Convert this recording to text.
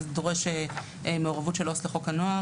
זה דורש מעורבות של עובדת סוציאלית לחוק הנוער,